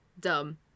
dumb